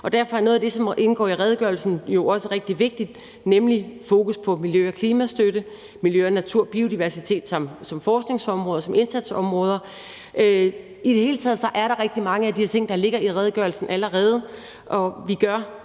Derfor er noget af det, som indgår i redegørelsen, nemlig fokus på miljø og klimastøtte, miljø, natur og biodiversitet som forskningsområder og indsatsområder, jo også rigtig vigtigt. I det hele taget er der rigtig mange af de her ting, der ligger i redegørelsen allerede, og vi gør